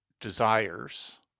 desires